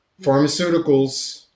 pharmaceuticals